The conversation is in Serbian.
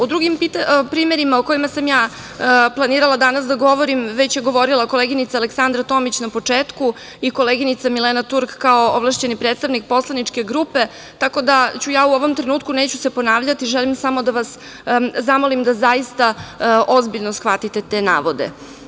O drugim primerima o kojima sam ja planirala danas da govorim, već je govorila koleginica Aleksandra Tomić na početku, i koleginica Milena Turk, kao ovlašćeni predstavnik poslaničke grupe, tako da ću ja u ovom trenutku se neću ponavljati, želim samo da vas zamolim, da zaista ozbiljno shvatite te navode.